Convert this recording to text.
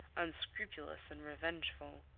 unscrupulous and revengeful.